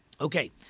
Okay